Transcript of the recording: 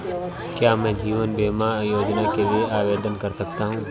क्या मैं जीवन बीमा योजना के लिए आवेदन कर सकता हूँ?